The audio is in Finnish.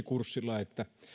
kurssilla